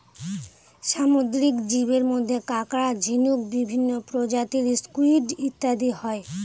সামুদ্রিক জীবের মধ্যে কাঁকড়া, ঝিনুক, বিভিন্ন প্রজাতির স্কুইড ইত্যাদি হয়